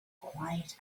quiet